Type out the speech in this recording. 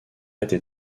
était